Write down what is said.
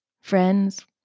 Friends